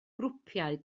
grwpiau